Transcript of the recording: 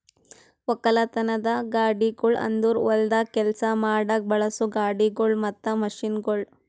ಒಕ್ಕಲತನದ ಗಾಡಿಗೊಳ್ ಅಂದುರ್ ಹೊಲ್ದಾಗ್ ಕೆಲಸ ಮಾಡಾಗ್ ಬಳಸೋ ಗಾಡಿಗೊಳ್ ಮತ್ತ ಮಷೀನ್ಗೊಳ್